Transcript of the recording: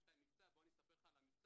יש להם מבצע, בוא אני אספר לך על המבצע.